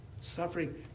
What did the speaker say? Suffering